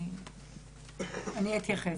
אני אתייחס.